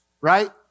right